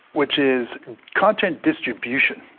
which is content distribution.